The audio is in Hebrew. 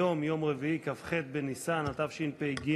היום יום רביעי כ"ח בניסן התשפ"ג,